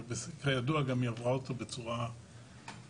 אבל בסוף כידוע היא עברה אותו בצורה טובה.